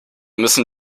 müssen